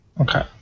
Okay